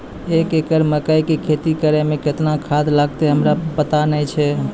एक एकरऽ मकई के खेती करै मे केतना खाद लागतै हमरा पता नैय छै?